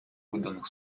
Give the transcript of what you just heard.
выданных